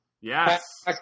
Yes